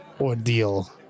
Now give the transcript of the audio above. ordeal